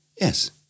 yes